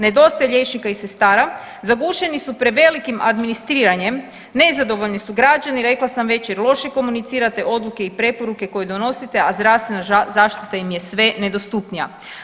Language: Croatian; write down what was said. Nedostaje liječnika i sestara, zagušeni su prevelikim administriranjem, nezadovoljni su građani rekla sam već jer loše komunicirate odluke i preporuke koje donosite, a zdravstvena zaštita im je sve nedostupnija.